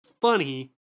funny